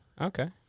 Okay